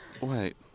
wait